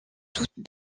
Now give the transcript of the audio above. toutes